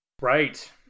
Right